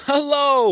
Hello